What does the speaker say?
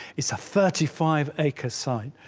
it's a thirty five acre site,